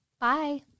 Bye